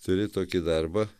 turi tokį darbą